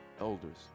elders